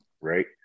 right